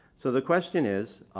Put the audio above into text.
so the question is,